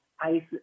ICE